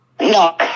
No